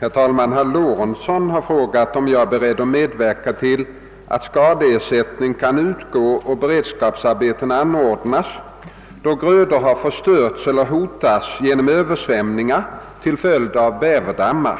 Herr talman! Herr Lorentzon har frågat, om jag är beredd medverka till att skadeersättning kan utgå och beredskapsarbeten anordnas, då grödor har förstörts eller hotas genom översvämningar till följd av bäverdammar.